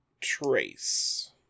Trace